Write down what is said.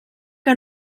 que